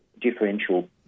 differential